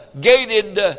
gated